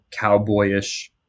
cowboyish